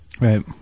Right